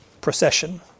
procession